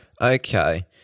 Okay